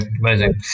amazing